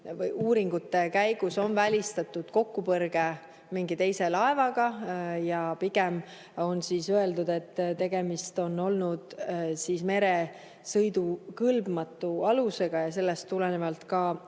uuringute käigus on välistatud kokkupõrge mingi teise laevaga. Pigem on öeldud, et tegemist oli meresõidukõlbmatu alusega ja sellest tulenevalt ka see